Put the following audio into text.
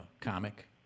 comic